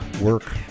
work